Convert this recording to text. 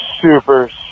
Super